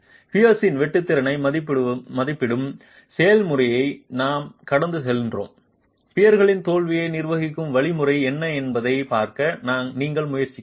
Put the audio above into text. பியர்ஸின் வெட்டு திறனை மதிப்பிடும் செயல்முறையை நாம் கடந்து சென்றோம் பியர்ஸின் தோல்வியை நிர்வகிக்கும் வழிமுறை என்ன என்பதைப் பார்க்க நீங்கள் முயற்சிப்பீர்கள்